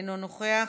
אינו נוכח,